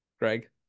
Greg